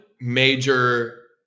major